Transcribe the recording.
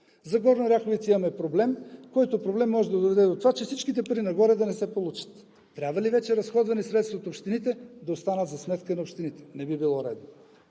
За Горна Оряховица имаме проблем, който проблем може да доведе до това, че всичките пари нагоре да не се получат. Трябва ли вече разходвани средства от общините, да останат за сметка на общините? Не би било редно.